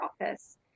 office